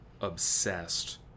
obsessed